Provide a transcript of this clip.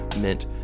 meant